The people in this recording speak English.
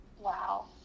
Wow